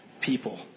people